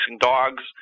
dogs